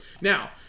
Now